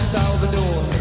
Salvador